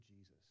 Jesus